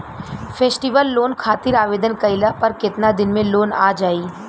Festival loan खातिर आवेदन कईला पर केतना दिन मे लोन आ जाई?